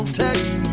text